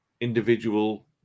individual